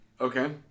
Okay